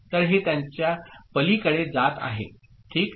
तर हे त्याच्या पलीकडे जात आहे ठीक